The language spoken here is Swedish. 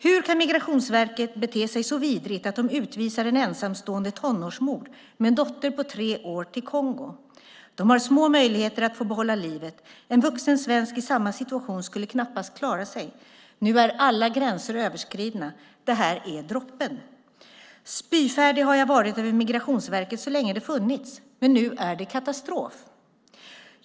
Hur kan Migrationsverket bete sig så vidrigt att de utvisar en ensamstående tonårsmor med en dotter på tre år till Kongo? De har små möjligheter att få behålla livet. En vuxen svensk i samma situation skulle knappast klara sig. Nu är alla gränser överskridna. Det här är droppen! Spyfärdig har jag varit över Migrationsverket så länge det funnits, men nu är det katastrof.